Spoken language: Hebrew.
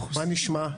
מה נשמע?